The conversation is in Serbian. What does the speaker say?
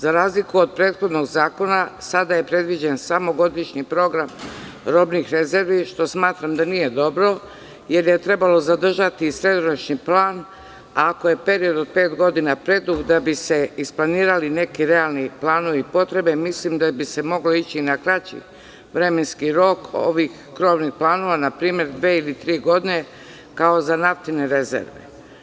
Za razliku od prethodnog zakona, sada je predviđen samo godišnji program robnih rezervi, što smatram da nije dobro, jer je trebalo zadržati srednjoročni plan, ako je period od pet godina predug, da bi se isplanirali neki realni planovi i potrebe, mislim da bi se moglo ići na kraći vremenski rok ovih krovnih planova, na primer na dve ili tri godine, kao za naftne rezerve.